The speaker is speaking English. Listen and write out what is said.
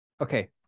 okay